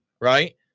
right